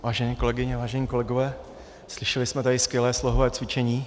Vážené kolegyně, vážení kolegové, slyšeli jsme tady skvělé slohové cvičení.